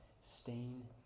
stain